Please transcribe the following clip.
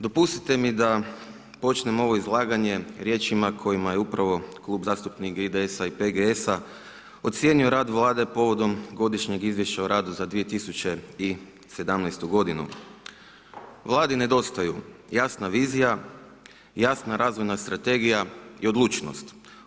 Dopustite mi da počnem ovo izlaganje riječima kojima je upravo Klub zastupnika IDS-a i PGS-a ocijenio rad vlade povodom godišnjeg izvješća o radu za 2017. g. Vladi nedostaju jasna vizija, jasna razvojna strategija i odlučnost.